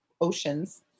oceans